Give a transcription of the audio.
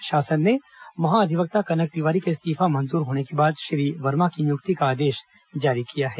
राज्य शासन ने महाधिवक्ता कनक तिवारी का इस्तीफा मंजूर होने के बाद श्री वर्मा की नियुक्ति का आदेश जारी किया है